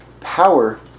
power